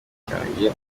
cyanjye